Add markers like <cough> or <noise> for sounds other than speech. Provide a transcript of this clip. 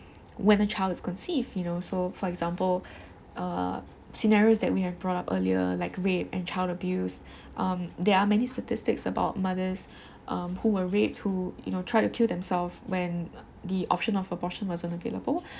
when a child is conceived you know so for example uh scenarios that we have brought up earlier like rape and child abuse <breath> um there are many statistics about mothers um who were raped who you know try to kill themselves when the option of abortion wasn't available